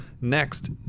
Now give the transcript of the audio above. Next